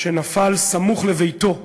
שנפל סמוך לביתו בהגנה,